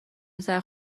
پسر